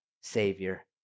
Savior